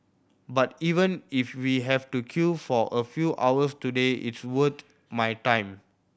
but even if we have to queue for a few hours today it's worth my time